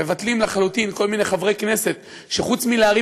מבטלים לחלוטין כל מיני חברי כנסת שחוץ מלהרים